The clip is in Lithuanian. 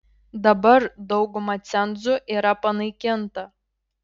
dabar dauguma cenzų yra panaikinta